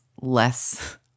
less